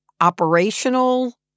operational